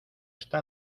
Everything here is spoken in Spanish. está